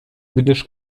gdyż